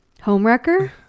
homewrecker